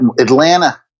Atlanta